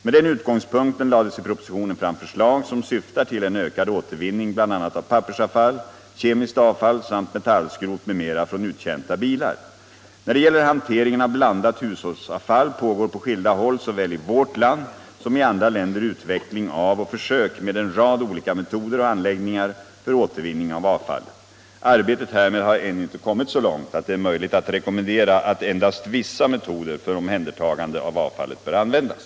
Med den utgångspunkten lades i propositionen fram förslag som syftar till en ökad återvinning bl.a. av pappersavfall, kemiskt avfall samt metallskrot m.m. från uttjänta bilar. När det gäller hanteringen av blandat hushållsavfall pågår på skilda håll såväl i vårt land som i andra länder utveckling av och försök med en rad olika metoder och anläggningar för återvinning av avfallet. Arbetet härmed har ännu inte kommit så långt att det är möjligt att rekommendera att endast vissa metoder för omhändertagande av avfallet bör användas.